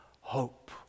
hope